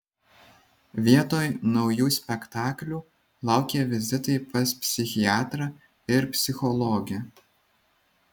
vietoj naujų spektaklių laukė vizitai pas psichiatrą ir psichologę